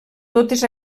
totes